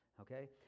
okay